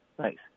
Thanks